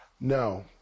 No